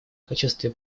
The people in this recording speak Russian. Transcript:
качестве